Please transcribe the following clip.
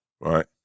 Right